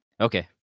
Okay